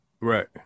Right